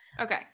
okay